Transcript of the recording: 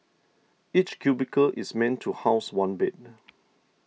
each cubicle is meant to house one bed